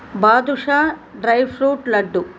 badusha dry fruit laddu